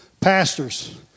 pastors